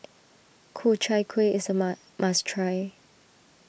Ku Chai Kuih is a Ma must try